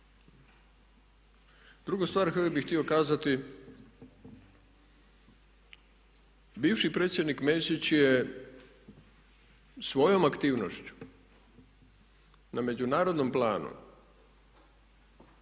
Drugu stvar koju bih htio kazati bivši predsjednik Mesić je svojom aktivnošću na međunarodnom planu